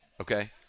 Okay